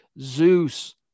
Zeus